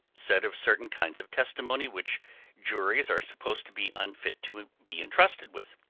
said of certain kinds of testimony which juries are supposed to be unfit to be entrusted with,